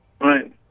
Right